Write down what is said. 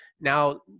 now